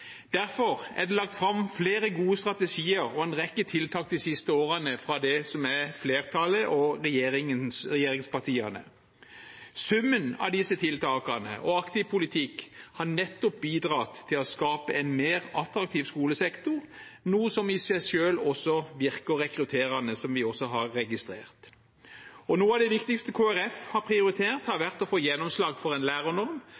Derfor er det lagt fram flere gode strategier og en rekke tiltak de siste årene fra det som er flertallet, og regjeringspartiene. Summen av disse tiltakene og aktiv politikk har nettopp bidratt til å skape en mer attraktiv skolesektor, noe som i seg selv virker rekrutterende, som vi også har registrert. Noe av det viktigste Kristelig Folkeparti har prioritert, har vært å få gjennomslag for en lærernorm,